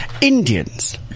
Indians